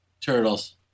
Turtles